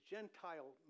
Gentile